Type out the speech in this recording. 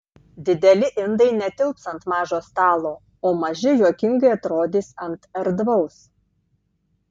dideli indai netilps ant mažo stalo o maži juokingai atrodys ant erdvaus